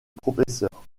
professeur